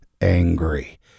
angry